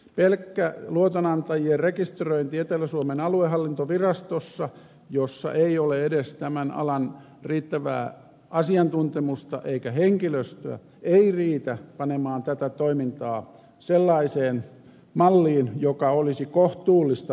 pelkkä luotonantajien rekisteröinti etelä suomen aluehallintovirastossa jossa ei ole edes tämän alan riittävää asiantuntemusta eikä henkilöstöä ei riitä panemaan tätä toimintaa sellaiseen malliin joka olisi kohtuullista oikeusvaltiossa